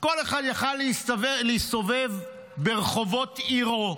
כל אחד יכול להסתובב ברחובות עירו,